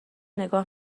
نگاه